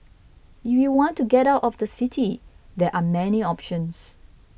if you want to get out of the city there are many options